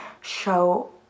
show